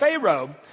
Pharaoh